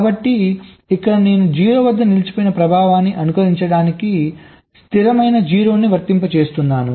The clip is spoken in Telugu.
కాబట్టి ఇక్కడ నేను 0 వద్ద నిలిచిపోయిన ప్రభావాన్ని అనుకరించడానికి స్థిరమైన 0 ని వర్తింపజేస్తున్నాను